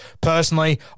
personally